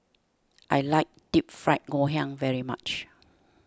I like Deep Fried Ngoh Hiang very much